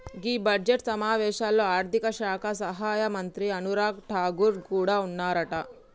గీ budget సమావేశాల్లో ఆర్థిక శాఖ సహాయక మంత్రి అనురాగ్ ఠాగూర్ కూడా ఉన్నారట